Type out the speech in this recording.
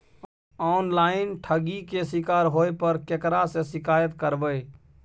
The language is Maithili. ऑनलाइन ठगी के शिकार होय पर केकरा से शिकायत करबै?